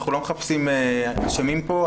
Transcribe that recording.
אנחנו לא מחפשים אשמים פה,